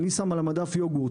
אני שם על המדף יוגורט,